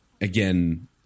again